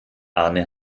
arne